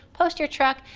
post your truck,